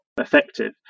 effective